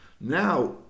Now